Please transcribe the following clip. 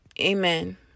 amen